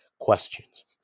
questions